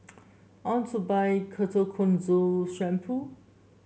I want to buy Ketoconazole Shampoo